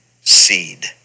seed